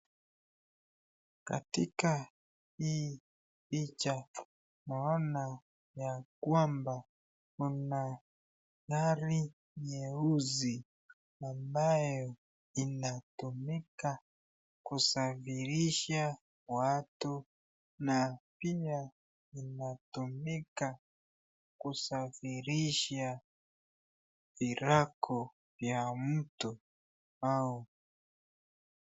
Katika hii picha naona ya kwamba pana gari nyeusi ambayo inatumika kusafirisha watu, na pia inatumika kusafirisha virago vya mtu.